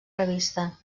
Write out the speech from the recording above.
revista